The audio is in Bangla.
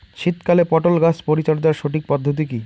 শীতকালে পটল গাছ পরিচর্যার সঠিক পদ্ধতি কী?